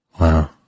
Wow